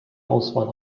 auswahl